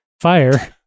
fire